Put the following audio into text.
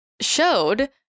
showed